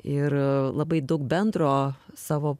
ir labai daug bendro savo